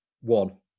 One